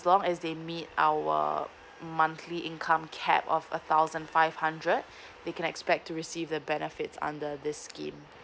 as long as they meet our monthly income cap of a thousand five hundred they can expect to receive the benefits under this scheme